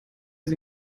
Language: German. sie